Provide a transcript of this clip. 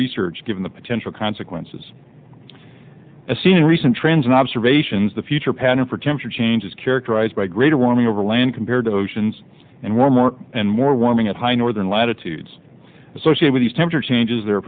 research given the potential consequences as seen in recent trends and observations the future pattern for temperature change is characterized by greater warming over land compared to oceans and warmer and more warming at high northern latitudes associate with these temper changes their